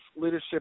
leadership